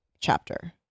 chapter